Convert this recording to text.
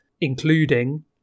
including